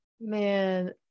Man